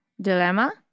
dilemma